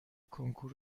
کنکور